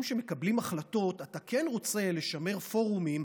שמקבלים החלטות אתה כן רוצה לשמר פורומים,